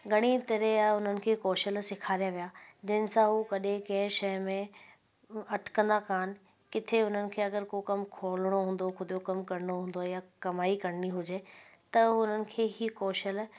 घणेई तरह जा उन्हनि खे कौशल सेखारिया विया जंहिं सां उहो कॾहिं कंहिं शहर में अटकंदा कान किथे उन्हनि खे अगरि को कमु खोलिणो हूंदो ख़ुदि जो कमु करिणो हूंदो या कमाई करिणी हुजे त उन्हनि खे ई कौशल